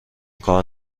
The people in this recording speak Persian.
کار